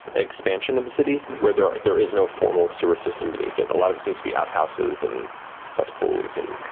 expansion of the city where there there is no formal sewer system beneath it. a lot of it seems to be outhouses and cesspools and,